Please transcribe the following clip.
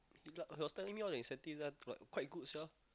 he was telling me all the incentive lah like quite good sia